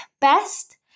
best